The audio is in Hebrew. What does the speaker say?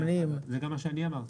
זה גם מה שאני אמרתי.